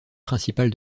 principal